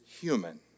human